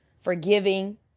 forgiving